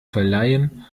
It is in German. verleihen